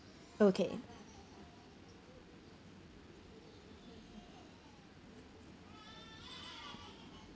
okay